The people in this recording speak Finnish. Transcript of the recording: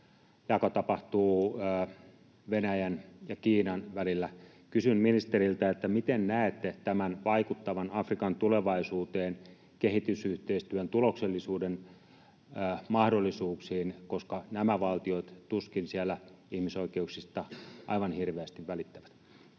jako tapahtuu Venäjän ja Kiinan välillä. Kysyn ministeriltä: miten näette tämän vaikuttavan Afrikan tulevaisuuteen, kehitysyhteistyön tuloksellisuuden mahdollisuuksiin, koska nämä valtiot tuskin siellä ihmisoikeuksista aivan hirveästi välittävät?